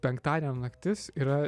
penktadienio naktis yra